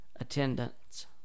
attendance